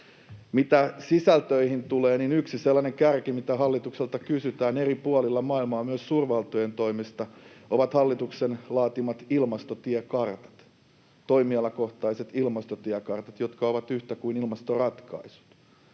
Mitä sisältöihin tulee, niin yksi sellainen kärki, mitä hallitukselta kysytään eri puolilla maailmaa myös suurvaltojen toimesta, ovat hallituksen laatimat ilmastotiekartat, toimialakohtaiset ilmastotiekartat, jotka ovat yhtä kuin ilmastoratkaisut,